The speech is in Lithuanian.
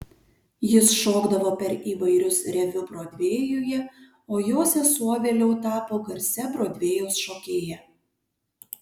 jis šokdavo per įvairius reviu brodvėjuje o jo sesuo vėliau tapo garsia brodvėjaus šokėja